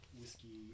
whiskey